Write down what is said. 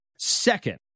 Second